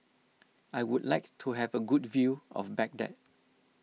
I would like to have a good view of Baghdad